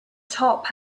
top